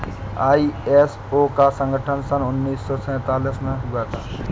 ISO का गठन सन उन्नीस सौ सैंतालीस में हुआ था